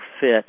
Fit